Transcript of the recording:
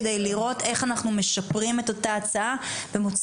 כדי לראות איך אנחנו משפרים את אותה הצעה ומוציאים